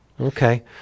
okay